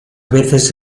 veces